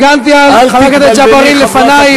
לא הסתּי, הגנתי על חבר הכנסת ג'בארין לפנייך.